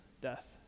death